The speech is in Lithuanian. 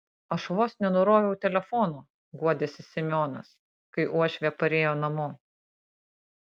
aš vos nenuroviau telefono guodėsi semionas kai uošvė parėjo namo